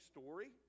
story